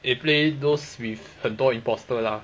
eh play those with 很多 imposter lah